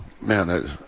man